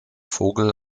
vogel